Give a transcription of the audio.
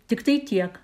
tiktai tiek